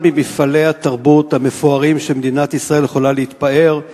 היא אחד ממפעלי התרבות המפוארים שמדינת ישראל יכולה להתפאר בהם.